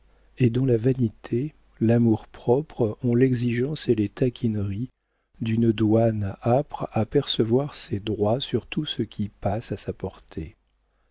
et dont la vanité l'amour-propre ont l'exigence et les taquineries d'une douane âpre à percevoir ses droits sur tout ce qui passe à sa portée